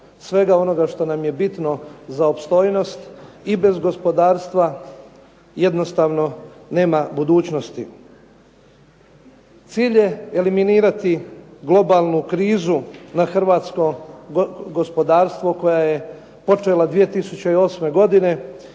svega onoga što nam je bitno za opstojnost i bez gospodarstva jednostavno nema budućnost. Cilj je eliminirati globalnu krizu na Hrvatsko gospodarstvo koja je počela 2008. godine